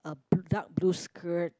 a blue dark blue skirt